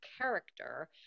character